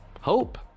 hope